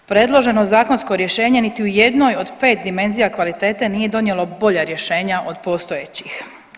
Predloženo zakonsko rješenje niti u jednoj od pet dimenzija kvalitete nije donijelo bolja rješenja od postojećih.